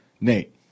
Nate